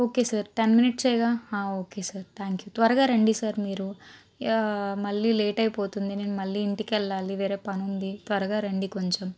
okay sir ten మినిట్స్గా okay sir thank you త్వరగా రండి సార్ మీరు మళ్ళీ లేట్ అయిపోతుంది నేను మళ్ళీ ఇంటికి వెళ్ళాలి వేరే పని ఉంది త్వరగా రండి కొంచెం